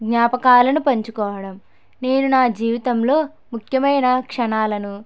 జ్ఞాపకాలను పంచుకోవడం నేను నా జీవితంలో ముఖ్యమైన క్షణాలను